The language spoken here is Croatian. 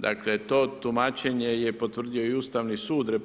Dakle to tumačenje je potvrdio i Ustavni sud RH